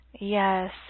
Yes